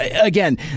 Again